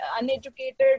uneducated